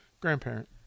Grandparent